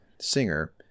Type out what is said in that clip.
singer